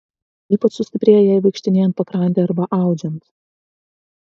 ypač sustiprėja jai vaikštinėjant pakrante arba audžiant